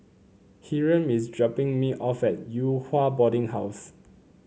Hyrum is dropping me off at Yew Hua Boarding House